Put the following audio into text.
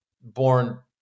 Born